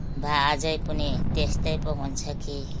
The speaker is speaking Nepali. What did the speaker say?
बा अझै पनि त्यस्तै पो हुन्छ कि